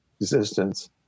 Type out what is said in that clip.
existence